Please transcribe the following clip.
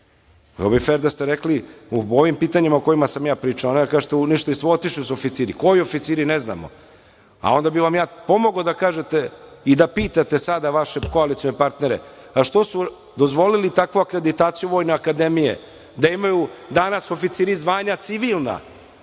bi fer da ste rekli o ovim pitanjima o kojima sam ja pričao, a ne da kažete otišli su oficiri. Koji oficiri? Ne znamo, a onda bih vam ja pomogao da kažete i da pitate sada vaše koalicione partnere - što su dozvolili takvu akreditaciju Vojne akademije, da imaju danas oficir zvanja civilna,